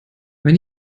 wenn